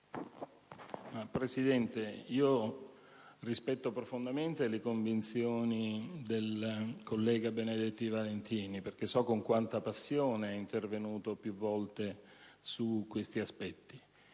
Presidente, rispetto profondamente le convinzioni del collega Benedetti Valentini, perché so con quanta passione è intervenuto più volte su tali aspetti,